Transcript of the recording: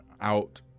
out